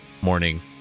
morning